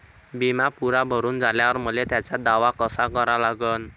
बिमा पुरा भरून झाल्यावर मले त्याचा दावा कसा करा लागन?